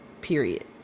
Period